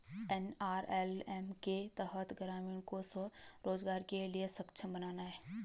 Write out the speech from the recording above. NRLM के तहत ग्रामीणों को स्व रोजगार के लिए सक्षम बनाना है